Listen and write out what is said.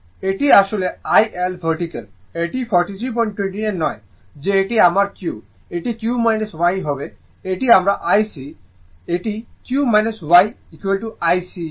এটি আসলে IL vertical এটি 4329 নয় যে এটি আমার q এটি q y হবে এটি আমার IC এই এটি q y IC নয়